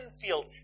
field